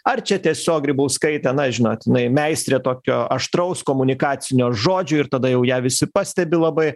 ar čia tiesiog grybauskaitė na žinot jinai meistrė tokio aštraus komunikacinio žodžio ir tada jau ją visi pastebi labai